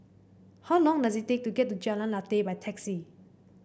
how long does it take to get to Jalan Lateh by taxi